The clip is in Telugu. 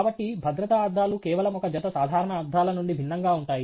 కాబట్టి భద్రతా అద్దాలు కేవలం ఒక జత సాధారణ అద్దాల నుండి భిన్నంగా ఉంటాయి